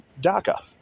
DACA